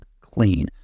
clean